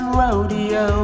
rodeo